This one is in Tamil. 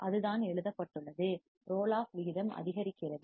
அதுதான் எழுதப்பட்டுள்ளது ரோல் ஆஃப் விகிதம் அதிகரிக்கிறது